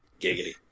Giggity